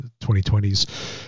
2020s